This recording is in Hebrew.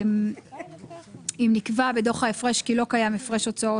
לחוק היסוד".